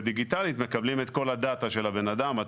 ודיגיטלית מקבלים את כל הדטה של האדם.